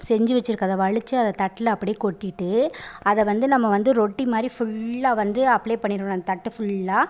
செஞ்சு வச்சுருக்கறத வழித்து அதை தட்டில் அப்டி கொட்டிகிட்டு அதை வந்து நம்ம வந்து ரொட்டி மாதிரி ஃபுல்லாக வந்து அப்ளை பண்ணிடணும் அந்த தட்டு ஃபுல்லாக